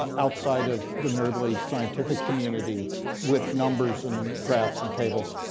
outside of the nerdly scientific community with numbers and graphs and tables,